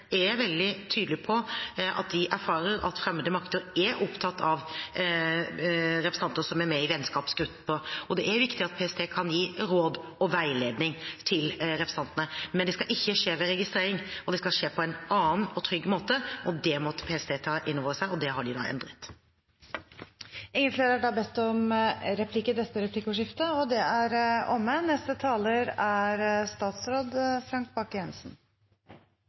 er veldig tydelige på at de erfarer at fremmede makter er opptatt av representanter som er med i vennskapsgrupper. Og det er viktig at PST kan gi råd og veiledning til representantene, men det skal ikke skje ved registrering. Det skal skje på en annen og trygg måte. Det må PST ta inn over seg, og det har de endret på. Replikkordskiftet er omme. I dag er det faktisk en viktig dag for EOS-tjenestene. EOS-utvalgets årsmelding behandles i Stortinget, og det samme skal den nye etterretningstjenesteloven. Vi er